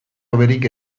hoberik